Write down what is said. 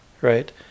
right